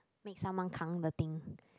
make someone 扛 the thing